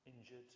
injured